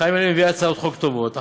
חיים ילין מביא הצעות חוק טובות,